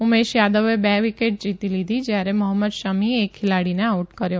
ઉમેશ યાદવે બે વિકેટ લીધી જયારે મોહમદ શમીએ એક ખેલાડીને આઉટ કર્યો